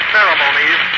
Ceremonies